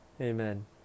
Amen